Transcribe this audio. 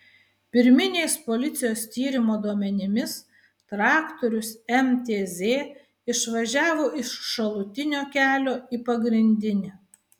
pirminiais policijos tyrimo duomenimis traktorius mtz išvažiavo iš šalutinio kelio į pagrindinį